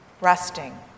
resting